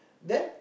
then